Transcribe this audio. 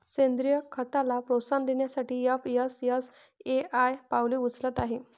सेंद्रीय खताला प्रोत्साहन देण्यासाठी एफ.एस.एस.ए.आय पावले उचलत आहे